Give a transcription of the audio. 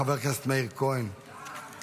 חבר הכנסת מאיר כהן, בבקשה.